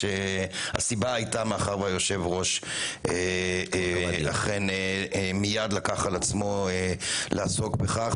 והסיבה הייתה מאחר שהיושב-ראש אכן מייד לקח על עצמו לעסוק בכך,